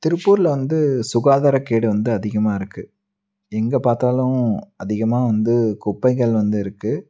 திருப்பூர்ல வந்து சுகாதாரக் கேடு வந்து அதிகமாக இருக்குது எங்கே பார்த்தாலும் அதிகமாக வந்து குப்பைகள் வந்து இருக்குது